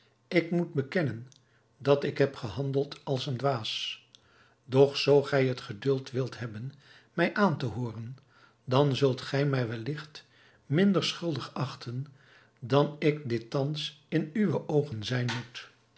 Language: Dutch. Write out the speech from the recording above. ik moet bekennen dat ik heb gehandeld als een dwaas doch zoo gij het geduld wilt hebben mij aan te hooren dan zult gij mij welligt minder schuldig achten dan ik dit thans in uwe oogen zijn moet